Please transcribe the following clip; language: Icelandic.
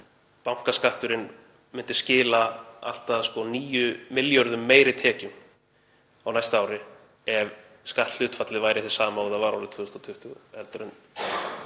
bankaskatturinn myndi skila allt að 9 milljörðum meiri tekjum á næsta ári ef skatthlutfallið væri hið sama og það var árið 2020. Hér